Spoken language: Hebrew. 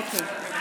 אוקיי.